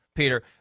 Peter